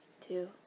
Two